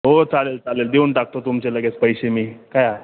हो चालेल चालेल देऊन टाकतो तुमचे लगेच पैसे मी काय